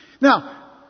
Now